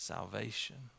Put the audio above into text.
Salvation